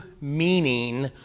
meaning